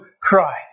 Christ